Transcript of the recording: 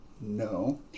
no